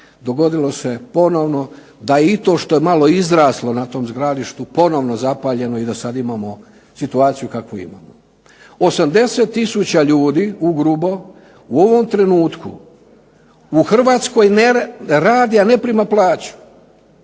dogodilo se ponovno da i to što je malo izraslo na tom zgarištu ponovno zapaljeno i da sad imamo situaciju kakvu imamo. 80 tisuća ljudi ugrubo u ovom trenutku u Hrvatskoj radi ali ne prima plaću.